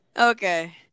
Okay